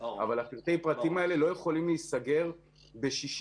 אבל פרטי הפרטים האלה לא יכולים להיסגר ב-60